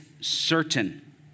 certain